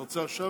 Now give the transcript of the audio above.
קושניר,